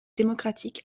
démocratique